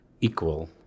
equal